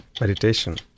Meditation